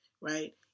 right